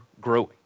growing